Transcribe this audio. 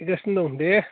हैगासिनो दं दे